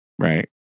Right